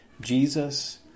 Jesus